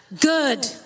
good